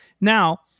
Now